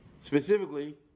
specifically